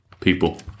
people